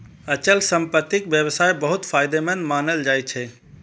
अचल संपत्तिक व्यवसाय बहुत फायदेमंद मानल जाइ छै